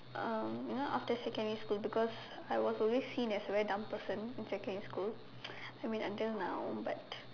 um you know after secondary school because I was always seen as very dumb person in secondary school I mean until now but